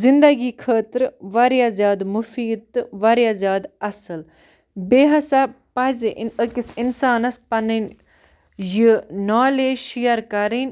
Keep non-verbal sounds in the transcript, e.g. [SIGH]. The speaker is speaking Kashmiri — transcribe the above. زِندگی خٲطرٕ واریاہ مُفیٖد تہٕ واریاہ زیادٕ اَصٕل بیٚیہِ ہسا پَزِ [UNINTELLIGIBLE] أکِس اِنسانَس پَنٕنۍ یہِ نالیج شیر کَرٕنۍ